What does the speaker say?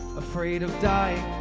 afraid of dying